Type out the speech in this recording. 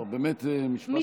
לא, באמת משפט אחרון, וקצר.